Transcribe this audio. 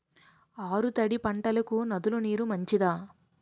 ఆరు తడి పంటలకు నదుల నీరు మంచిదా?